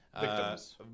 victims